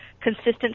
consistent